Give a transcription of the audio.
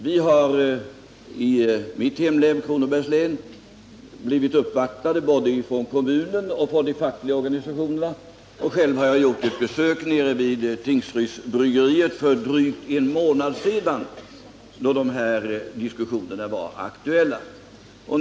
Både kommunen och de fackliga organisationerna har uppvaktat i ärendet, och själv har jag gjort ett besök vid Tingsrydsbryggeriet för drygt en månad sedan, då de här diskussionerna var i ett aktuellt inledningsskede.